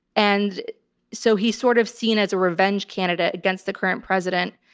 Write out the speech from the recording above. and so he's sort of seen as a revenge candidate against the current president.